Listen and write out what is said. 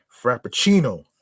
Frappuccino